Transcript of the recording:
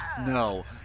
No